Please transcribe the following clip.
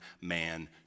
man